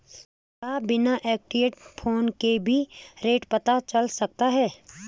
क्या बिना Android phone के भी रेट पता चल सकता है?